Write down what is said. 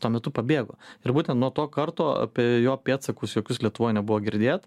tuo metu pabėgo ir būten nuo to karto apie jo pėdsakus lietuvoj nebuvo girdėt